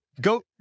Go